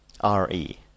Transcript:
R-E